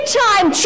time